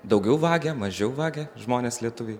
daugiau vagia mažiau vagia žmonės lietuviai